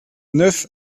neuf